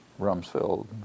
Rumsfeld